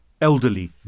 elderly